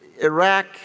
Iraq